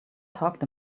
talked